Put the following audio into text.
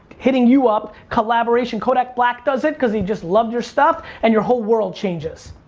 hitting you up, collaboration. kodak black does it cause he just loved your stuff and your whole world changes.